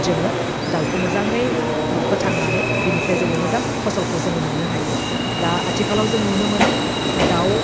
जोङो दाउखौ मोजाङै फोथांनानै बेनिफ्राय जोङो मोजां फसलखौ जोङो मोननो हायो दा आथिखालाव जों नुनो मोनो दाउ